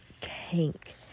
tank